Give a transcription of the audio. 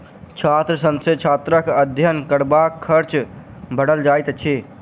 छात्र ऋण सॅ छात्रक अध्ययन करबाक खर्च भरल जाइत अछि